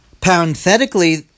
parenthetically